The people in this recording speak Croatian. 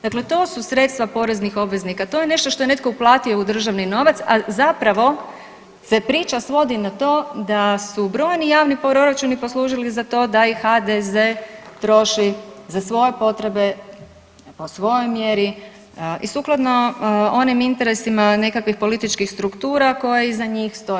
Dakle, to su sredstva poreznih obveznika, to je nešto što je netko uplatio u državni novac, a zapravo se priča svodi na to da su brojni javni proračuni poslužili za to da ih HDZ troši za svoje potrebe po svojoj mjeri i sukladno onim interesima nekakvih političkih struktura koje iza njih stoje.